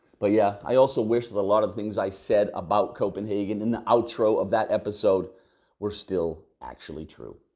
but yeah, i also wish that a lot of things i said about copenhagen in the outro of that episode were still actually true.